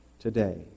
today